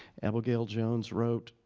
abigail jones wrote,